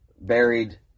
buried